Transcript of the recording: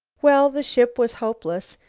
well, the ship was hopeless.